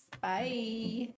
Bye